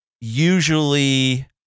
usually